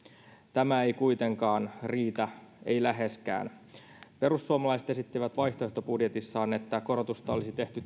tämä ei kuitenkaan riitä ei läheskään perussuomalaiset esittivät vaihtoehtobudjetissaan että korotusta olisi tehty